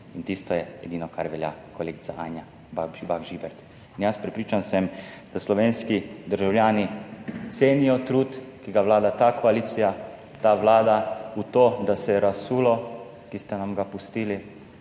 In tisto je edino, kar velja, kolegica Anja Bah Žibert. Jaz sem prepričan, da slovenski državljani cenijo trud, ki ga vlaga ta koalicija, ta vlada v to, da se je razsulo, ki ste nam ga pustili